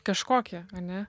kažkokį ane